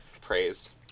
Praise